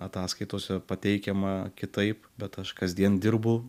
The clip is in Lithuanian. ataskaitose pateikiama kitaip bet aš kasdien dirbu